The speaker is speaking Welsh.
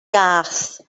gath